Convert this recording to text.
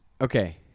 Okay